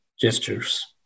gestures